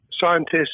Scientists